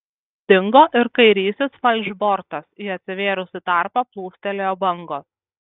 dingo ir kairysis falšbortas į atsivėrusį tarpą plūstelėjo bangos